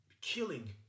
killing